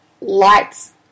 lights